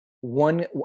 one